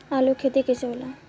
आलू के खेती कैसे होला?